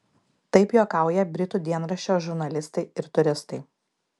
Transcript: taip juokauja britų dienraščio žurnalistai ir turistai